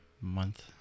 month